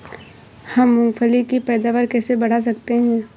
हम मूंगफली की पैदावार कैसे बढ़ा सकते हैं?